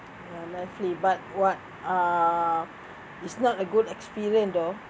when I terlibat what uh is not a good experience though